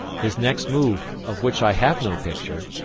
his next move, of which i have no picture,